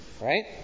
Right